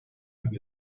and